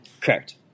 Correct